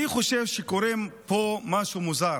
אני חושב שקורה פה משהו מוזר.